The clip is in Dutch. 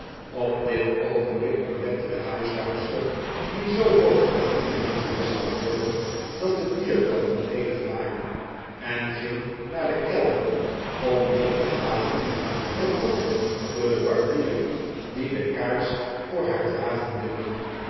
op dit oogenblik ontdekte de huishoudster die zoo rood en verlegen was geworden dat de bierkannen ledig waren en ging naar den kelder om meer te halen gevolgd door den barbier die de kaars voor haar dragen wilde